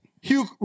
Hugh